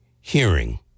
hearing